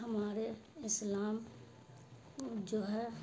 ہمارے اسلام جو ہے